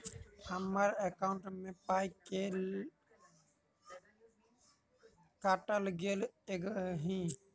हम्मर एकॉउन्ट मे पाई केल काटल गेल एहि